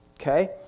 Okay